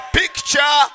picture